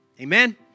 Amen